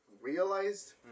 realized